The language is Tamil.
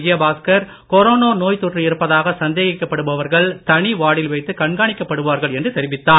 விஜயபாஸ்கர் கொரோனோ நோய் தொற்று இருப்பதாக சந்தேகிக்கப்படுபவர்கள் தனி வார்டில் வைத்து கண்காணிக்கப்படுவார்கள் என்று தெரிவித்தார்